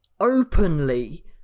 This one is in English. openly